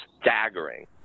staggering